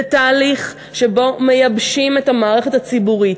זה תהליך שבו מייבשים את המערכת הציבורית,